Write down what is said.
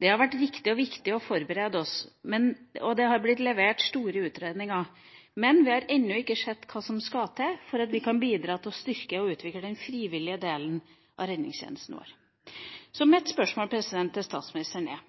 Det har vært riktig og viktig å forberede oss, og det har blitt levert store utredninger, men vi har ennå ikke sett hva som skal til for at vi kan bidra og styrke den frivillige delen av redningstjenesten vår. Mitt spørsmål til statsministeren er: